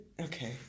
okay